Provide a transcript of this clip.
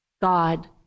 God